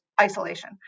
isolation